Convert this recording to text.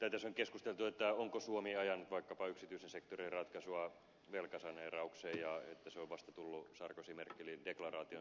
tässä on keskusteltu onko suomi ajanut vaikkapa yksityisen sektorin ratkaisua velkasaneeraukseen ja että se on vasta tullut sarkozyn ja merkelin deklaraation tuloksena